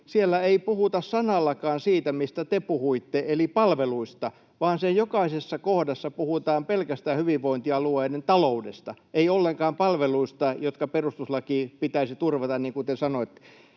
Siellä ei puhuta sanallakaan siitä, mistä te puhuitte, eli palveluista, vaan sen jokaisessa kohdassa puhutaan pelkästään hyvinvointialueiden taloudesta — ei ollenkaan palveluista, jotka perustuslain pitäisi turvata, niin kuin te sanoitte.